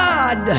God